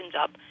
up